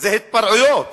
זה "התפרעויות".